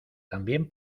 también